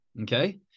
Okay